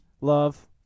love